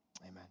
amen